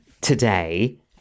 today